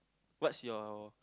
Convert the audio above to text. what's your